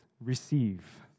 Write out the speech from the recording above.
receive